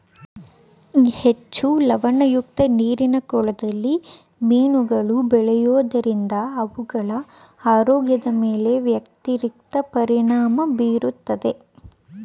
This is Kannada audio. ಹೆಚ್ಚು ಲವಣಯುಕ್ತ ನೀರಿನ ಕೊಳದಲ್ಲಿ ಮೀನುಗಳು ಬೆಳೆಯೋದರಿಂದ ಅವುಗಳ ಆರೋಗ್ಯದ ಮೇಲೆ ವ್ಯತಿರಿಕ್ತ ಪರಿಣಾಮ ಬೀರುತ್ತದೆ